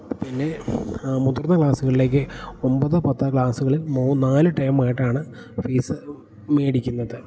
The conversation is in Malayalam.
പിന്നെ മുതിർന്ന ക്ലാസ്സുകളിലേക്ക് ഒമ്പതോ പത്തോ ക്ലാസ്സുകളിൽ നാല് ടേമായിട്ടാണ് ഫീസ് മേടിക്കുന്നത്